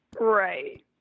Right